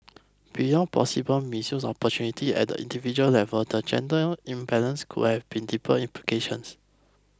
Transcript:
beyond possible missed opportunities at the individual level the gender imbalance could have deeper implications